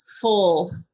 full